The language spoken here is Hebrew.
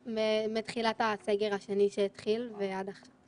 מתחילת הסגר השני ועד עכשיו.